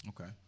Okay